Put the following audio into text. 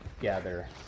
gather